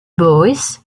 boys